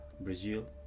Brazil